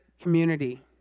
community